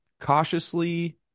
cautiously